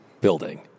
building